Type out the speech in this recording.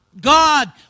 God